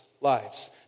lives